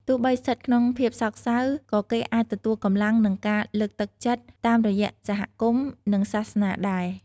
ទោះបីស្ថិតក្នុងភាពសោកសៅ ក៏គេអាចទទួលកម្លាំង និងការលើកទឹកចិត្តតាមរយៈសហគមន៍ និងសាសនាដែរ។